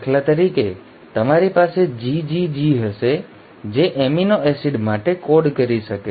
દાખલા તરીકે તમારી પાસે GGG હશે જે એમિનો એસિડ માટે કોડ કરી શકે છે